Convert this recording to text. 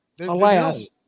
alas